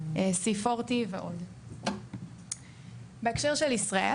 חוסן אנרגטי וחוסן חברתי; לייצר משרות חדשות ברשות; לייצר רווח